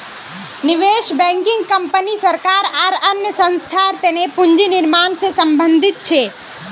निवेश banking company सरकार आर अन्य संस्थार तने पूंजी निर्माण से संबंधित छे